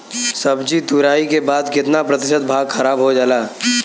सब्जी तुराई के बाद केतना प्रतिशत भाग खराब हो जाला?